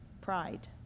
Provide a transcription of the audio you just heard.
Pride